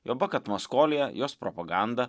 juoba kad maskolija jos propaganda